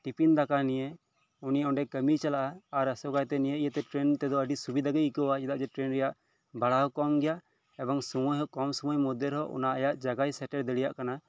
tiffin ᱫᱟᱠᱟ ᱱᱤᱭᱮ ᱩᱱᱤ ᱚᱰᱮ ᱠᱟᱹᱢᱤᱭ ᱪᱟᱞᱟᱜᱼᱟ ᱟᱨ ᱟᱥᱚᱠᱟᱭᱛᱮ ᱱᱤᱭᱟᱹ ᱤᱭᱟᱹ ᱛᱮ ᱴᱨᱮᱱ ᱛᱮᱫᱚ ᱟᱹᱰᱤ ᱥᱩᱵᱤᱫᱟ ᱜᱮᱭ ᱟᱹᱭᱠᱟᱹᱣᱮᱭᱟ ᱪᱮᱫᱟᱜ ᱡᱮ ᱴᱨᱮᱱ ᱨᱮᱭᱟᱜ ᱵᱷᱟᱲᱟ ᱦᱚᱸ ᱠᱚᱢ ᱜᱮᱭᱟ ᱮᱵᱚᱝ ᱥᱳᱢᱳᱭ ᱦᱚᱸ ᱠᱚᱢ ᱥᱳᱢᱳᱭ ᱢᱚᱫᱽᱫᱷᱮ ᱨᱮᱦᱚᱸ ᱚᱱᱟ ᱟᱭᱟᱜ ᱡᱟᱭᱜᱟᱭ ᱥᱮᱴᱮᱨ ᱫᱟᱲᱮᱭᱟᱜ ᱠᱟᱱᱟ